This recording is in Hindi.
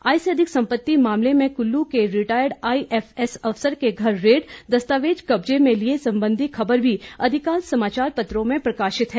आय से अधिक सम्पति मामलें में कुल्लु के रिटायर्ड आईएफएस अफसर के घर रेड दस्तावेज कब्जे में लिए संबंधी खबर भी अधिकांश समाचार पत्रों में प्रकशित है